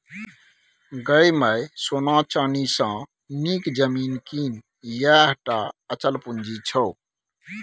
गै माय सोना चानी सँ नीक जमीन कीन यैह टा अचल पूंजी छौ